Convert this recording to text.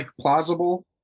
plausible